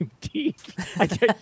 teeth